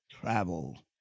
Travel